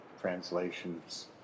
translations